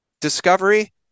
Discovery